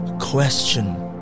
question